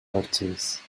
purchase